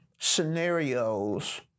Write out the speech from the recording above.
Scenarios